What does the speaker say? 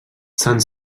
sant